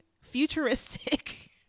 futuristic